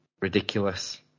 ridiculous